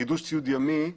חידוש ציוד ימי,